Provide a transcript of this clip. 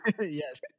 yes